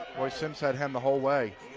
boy, simms had him the whole way.